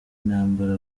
ntambara